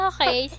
Okay